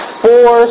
four